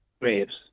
graves